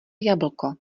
jablko